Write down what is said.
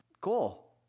Cool